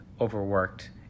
overworked